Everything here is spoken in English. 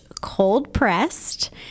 cold-pressed